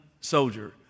soldier